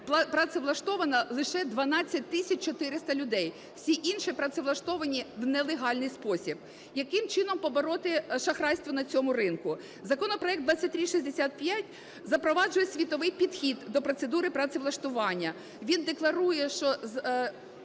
працевлаштовано лише 12 тисяч 400 людей, всі інші працевлаштовані в нелегальний спосіб. Яким чином побороти шахрайство на цьому ринку? Законопроект 2365 запроваджує світовий підхід до процедури працевлаштування. Він декларує, що